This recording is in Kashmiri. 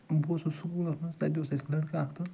بہٕ اوسُس سُکوٗلس منٛز تَتہِ اوس اَسہِ لٔڑکہٕ اکھ تہٕ